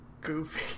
goofy